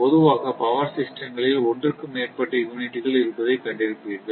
பொதுவாக பவர் சிஸ்டங்களில் ஒன்றுக்கு மேற்பட்ட யூனிட்டுகள் இருப்பதை கண்டிருப்பீர்கள்